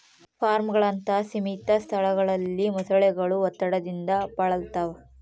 ಫಾರ್ಮ್ಗಳಂತಹ ಸೀಮಿತ ಸ್ಥಳಗಳಲ್ಲಿ ಮೊಸಳೆಗಳು ಒತ್ತಡದಿಂದ ಬಳಲ್ತವ